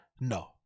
No